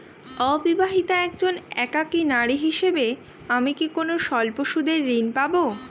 অবিবাহিতা একজন একাকী নারী হিসেবে আমি কি কোনো স্বল্প সুদের ঋণ পাব?